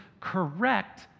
correct